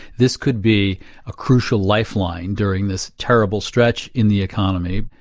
this could be a crucial lifeline during this terrible stretch in the economy.